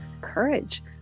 courage